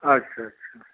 अच्छा अच्छा